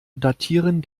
datieren